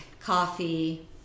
coffee